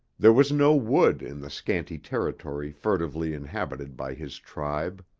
there was no wood in the scanty territory furtively inhabited by his tribe.